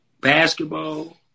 basketball